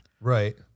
Right